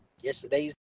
yesterday's